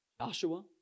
Joshua